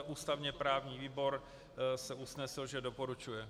Ústavněprávní výbor se usnesl, že doporučuje.